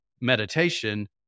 meditation